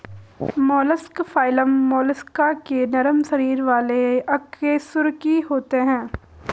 mollusc phylum Mollusca के नरम शरीर वाले अकशेरुकी होते हैं